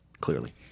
clearly